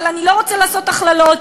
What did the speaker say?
אבל אני לא רוצה לעשות הכללות.